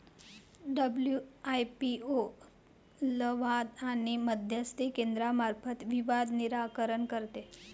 WIPO लवाद आणि मध्यस्थी केंद्रामार्फत विवाद निराकरण करते